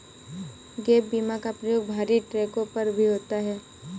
gap बीमा का प्रयोग भरी ट्रकों पर भी होता है